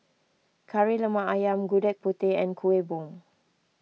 Kari Lemak Ayam Gudeg Putih and Kuih Bom